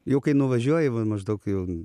jau kai nuvažiuoji va maždaug jau